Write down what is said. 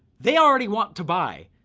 they already want to buy,